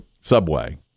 subway